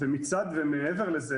מעבר לזה,